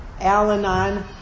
Al-Anon